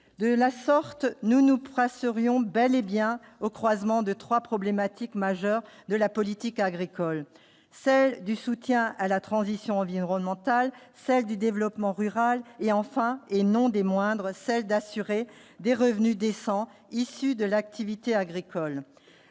de la sorte, nous nous serions bel et bien, au croisement de 3 problématique majeure de la politique agricole, celle du soutien à la transition environnementale, celle du développement rural et, enfin, et non des moindres, celle d'assurer des revenus décents, issu de l'activité agricole,